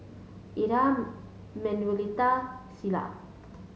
Ira Manuelita Silas